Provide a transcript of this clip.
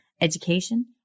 education